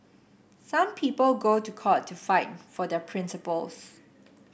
some people go to court to fight for their principles